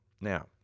Now